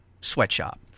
sweatshop